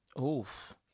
Oof